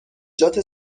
جات